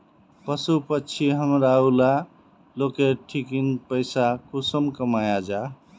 पशु पक्षी हमरा ऊला लोकेर ठिकिन पैसा कुंसम कमाया जा?